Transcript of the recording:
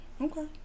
Okay